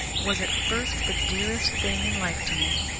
was at first the dearest thing in life to me.